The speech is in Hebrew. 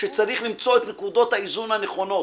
שצריך למצוא את נקודות האיזון הנכונות.